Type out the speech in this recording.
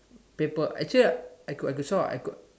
paper actually I could could solve ah I could